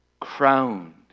Crowned